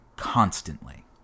constantly